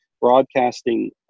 broadcasting